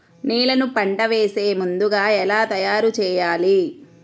నేలను పంట వేసే ముందుగా ఎలా తయారుచేయాలి?